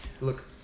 Look